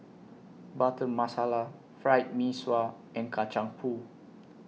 Butter Masala Fried Mee Sua and Kacang Pool